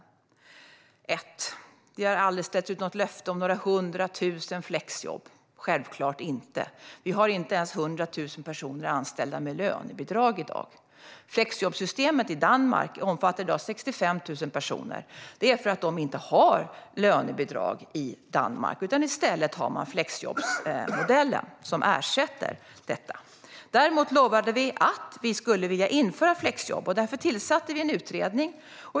Till att börja med har vi aldrig ställt ut något löfte om några 100 000 flexjobb - självklart inte. Vi har inte ens 100 000 personer anställda med lönebidrag i dag. Flexjobbssystemet i Danmark omfattar i dag 65 000 personer. Det beror på att man inte har lönebidrag i Danmark. I stället har man flexjobbsmodellen som ersätter detta. Vi lovade däremot att vi skulle vilja införa flexjobb. Därför tillsatte vi en utredning.